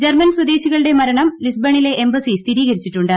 German സ്വദേശികളുടെ മരണം ലിസ്ബണിലെ എംബസി സ്ഥിരീകരിച്ചിട്ടുണ്ട്